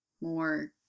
more